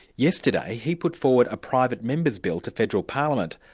yesterday he put forward a private member's bill to federal parliament,